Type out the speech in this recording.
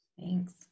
Thanks